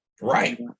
Right